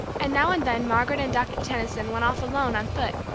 and now and then margaret and doctor tension went off alone on foot,